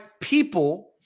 people